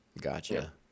Gotcha